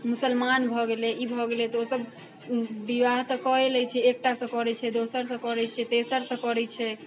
मुसलमान भऽ गेलै ई भऽ गेलै तऽ ओसब विवाह तऽ कऽ लै छै एकटासँ करै छै दोसरसँ करै छै तेसरसँ करै छै